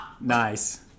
Nice